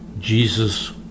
Jesus